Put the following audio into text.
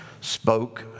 spoke